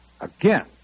Again